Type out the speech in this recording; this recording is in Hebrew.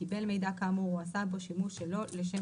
קיבל מידע כאמור או עשה בו שימוש שלא לשם